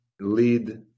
lead